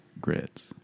grits